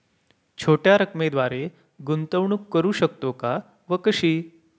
छोट्या रकमेद्वारे गुंतवणूक करू शकतो का व कशी?